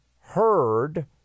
heard